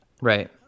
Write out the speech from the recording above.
Right